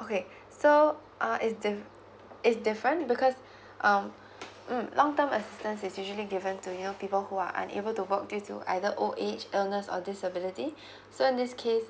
okay so uh is diff~ is different because um mm long term assistance is usually given to you know people who are unable to work due to either old age earners or disability so in this case